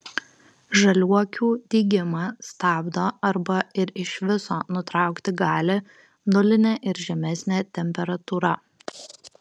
žaliuokių dygimą stabdo arba ir iš viso nutraukti gali nulinė ir žemesnė temperatūra